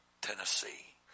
Tennessee